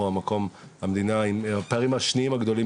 אנחנו המדינה היום עם הפערים השניים הגדולים